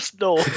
no